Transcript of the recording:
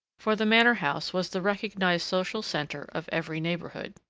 for the manor-house was the recognized social centre of every neighbourhood.